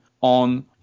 on